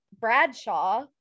Bradshaw